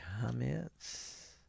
comments